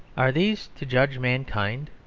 are these to judge mankind?